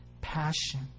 passion